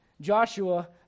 Joshua